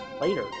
later